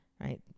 right